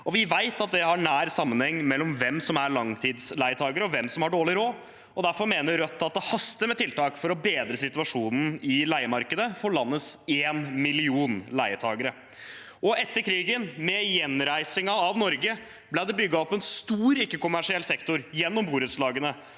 Vi vet at det er en nær sammenheng mellom hvem som er langtidsleietakere, og hvem som har dårlig råd, og derfor mener Rødt at det haster med tiltak for å bedre situasjonen i leiemarkedet for landets én million leietakere. Etter krigen, med gjenreisingen av Norge, ble det bygget opp en stor ikke-kommersiell sektor gjennom borettslagene,